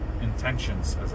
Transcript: intentions